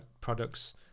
products